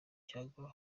cyangwa